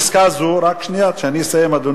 רק שנייה, כשאני אסיים את הסעיף.